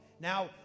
Now